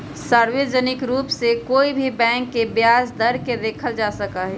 सार्वजनिक रूप से कोई भी बैंक के ब्याज दर के देखल जा सका हई